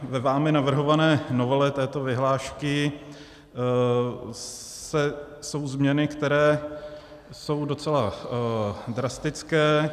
Ve vámi navrhované novele této vyhlášky jsou změny, které jsou docela drastické.